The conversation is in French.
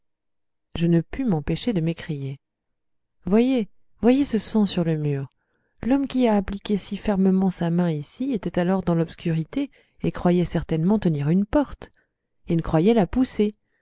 je ne pus m'empêcher de m'écrier voyez voyez ce sang sur le mur l'homme qui a appliqué si fermement sa main ici était alors dans l'obscurité et croyait certainement tenir une porte il croyait la pousser